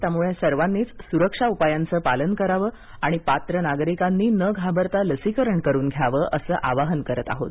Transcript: त्यामुळे सर्वांनीच सुरक्षा उपायांचं पालन करावं आणि पात्र नागरिकांनी न घाबरता लसीकरण करून घ्यावं असं आवाहन करत आहोत